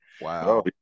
Wow